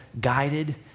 guided